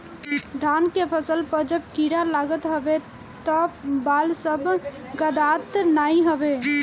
धान के फसल पअ जब कीड़ा लागत हवे तअ बाल सब गदात नाइ हवे